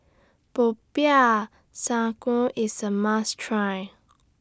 Popiah Sayur IS A must Try